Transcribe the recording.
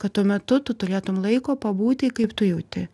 kad tuo metu tu turėtum laiko pabūti kaip tu jauti